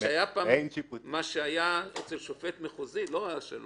מה שהיה אצל שופט מחוזי, לא השלום.